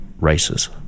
races